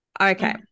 Okay